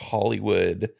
Hollywood